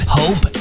hope